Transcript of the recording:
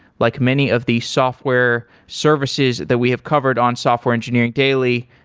like many of the software services that we have covered on software engineering daily,